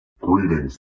Greetings